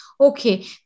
Okay